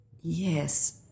yes